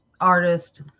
artist